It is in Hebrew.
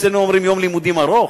אצלנו אומרים "יום לימודים ארוך"?